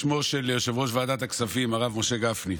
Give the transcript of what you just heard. בשמו של יושב-ראש ועדת הכספים הרב משה גפני,